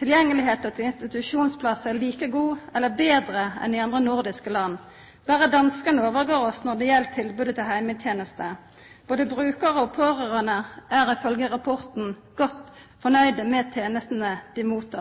Tilgjengelegheita til institusjonsplassar er like god eller betre enn i andre nordiske land. Berre danskane overgår oss når det gjeld tilbod av heimetenester. Både brukarar og pårørande er ifølgje rapporten godt fornøgde med tenestene dei tek imot.